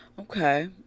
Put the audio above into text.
Okay